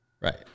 Right